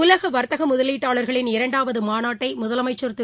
உலகவர்த்தகமுதலீட்டாளர்களின் இரண்டாவதுமாநாட்டைமுதலமைச்சர் திரு